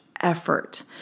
effort